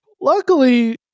luckily